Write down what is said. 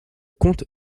comte